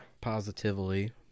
Positively